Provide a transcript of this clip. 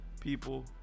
people